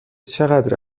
چقدر